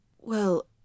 Well